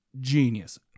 genius